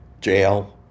jail